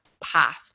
path